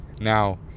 Now